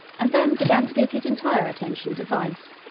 and then began to give his entire attention to vice,